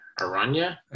Aranya